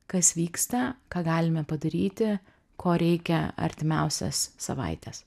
kas vyksta ką galime padaryti ko reikia artimiausias savaites